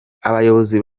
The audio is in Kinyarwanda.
abayobozi